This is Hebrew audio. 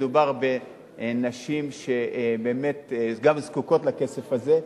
מדובר בנשים שבאמת גם זקוקות לכסף הזה.